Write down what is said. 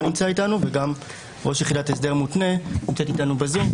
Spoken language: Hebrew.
נמצא איתנו וגם ראש יחידת הסדר מותנה נמצאת איתנו בזום,